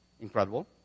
incredible